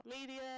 media